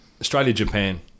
Australia-Japan